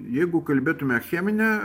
jeigu kalbėtume cheminę